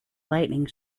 lightning